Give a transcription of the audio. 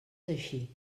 així